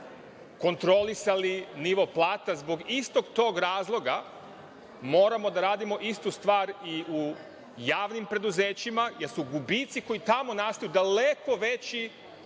kontrolisali nivo plata. Iz istog tog razloga moramo da radimo istu stvar i u javnim preduzećima, jer su gubici koji tamo nastaju daleko veći